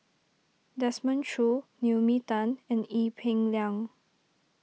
Desmond Choo Naomi Tan and Ee Peng Liang